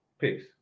Peace